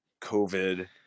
covid